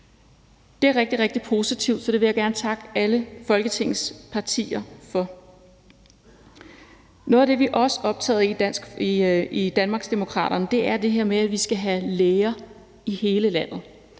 Det er rigtig, rigtig positivt, så det vil jeg gerne takke alle Folketingets partier for. Noget af det, vi også er optaget af i Danmarksdemokraterne, er det her med, at vi skal have læger i hele landet.